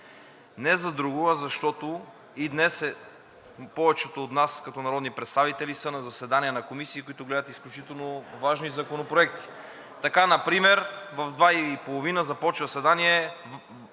Не за друго, а защото и днес повечето от нас като народни представители са на заседания на комисии, които гледат изключително важни законопроекти. Така например в 14,30 ч. започва заседание